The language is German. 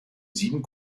sieben